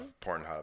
Pornhub